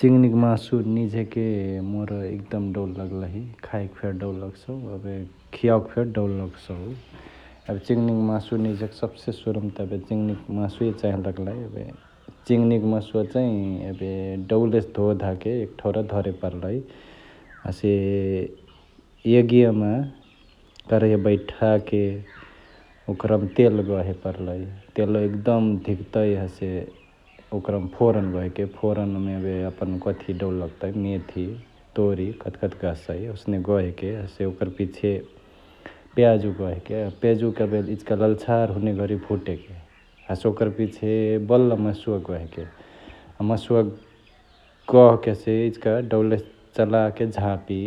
चिङ्निक मासु निझेके मोर एकदम डौल लगलहि, खाएके फेरी डौल लगसउ, एबे खियाओके फेरी डौल लगसउ । एबे चिङ्नियाक मासु निझेके सब्से सुरुमा त एबे चिङ्निक मासुए चाँही लगलही ।एबे चिङिनिया मासुवा चैं एबे डौलेसे धोधाके एक ठौरा धरे परलई । हसे यागियामा करहिया बैठाके ओकरमा तेल गहे परलई ।तेलवा एकदम धिकतई हसे ओकरमा फोरन गहेके फोरनमा एबे यापन कथी डौल लगतई मेथि, तोरी कथकथी गहसई ओसने गहेके हसे ओकर पिछे प्याजु गहेके । प्याजुके एबे इचिका ललछार हुनेगरी भुटेके हसे ओकर पिछे बल्ल मासुवा गहके । मासुवा गहके इचिका डौलेसे चलाके झापी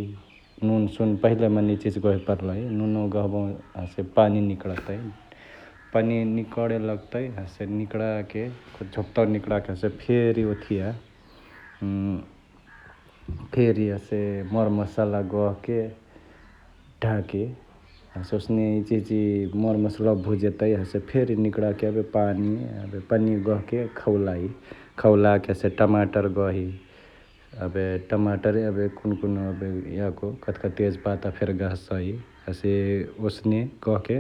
नुनसुन पहिला मने इचिहिच गहे परलई । नुनवा गहबहु हसे पानी निकडतई, पनिया निकडे लगतई हसे निकडाके झोप्तावा निकडाके फेरी ओथिया फेरी हसे मरमसाला गहके ढाकी । हसे ओसने इचिहिची मरमसलवा बुझेतै फेरी निकडाके एबे पानी एबे पनिया गहके खौलाई । खौलके हसे टमाटर गही एबे टमाटर एबे कुन्हु कुन्हु याको कथिकथी तेज पाता फेरी गहसई । हसे ओसने गहके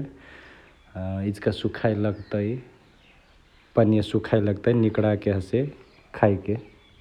इचिका सुखाए लगतई पनिया सुखाए लगतई निकडाके हसे खाएके ।